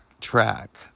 track